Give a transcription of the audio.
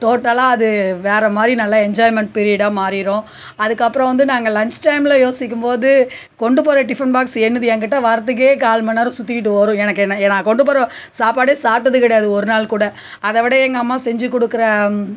டோட்டலா அது வேறமாதிரி நல்லா என்ஜாய்மெண்ட் பீரியடா மாறிரும் அதுக்கப்புறம் வந்து நாங்கள் லன்ச் டைமில் யோசிக்கும் போது கொண்டுப்போகிற டிஃபன் பாக்ஸ் என்னுது என்கிட்ட வர்றதுக்கே கால்மணிநேரம் சுற்றிக்கிட்டு வரும் எனக்கு என்ன நான் கொண்டுபோகிற சாப்பாடே சாப்பிடதுக் கிடையாது ஒரு நாள்கூட அதைவிட எங்கள் அம்மா செஞ்சிக் கொடுக்குற